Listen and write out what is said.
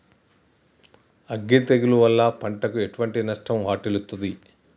అగ్గి తెగులు వల్ల పంటకు ఎటువంటి నష్టం వాటిల్లుతది?